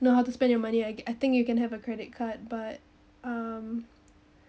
know how to spend your money I I think you can have a credit card but um